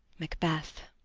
macbeth.